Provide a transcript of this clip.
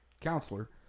Counselor